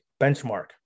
benchmark